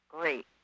great